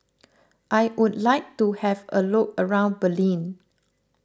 I would like to have a look around Berlin